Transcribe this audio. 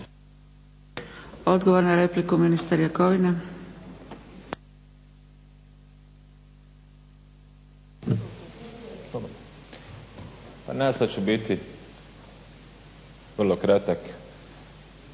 Odgovor na repliku, ministar Jakovina.